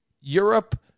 Europe